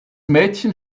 mädchen